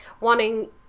wanting